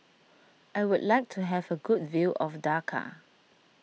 I would like to have a good view of Dhaka